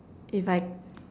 if I